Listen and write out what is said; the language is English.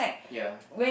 ya